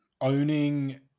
owning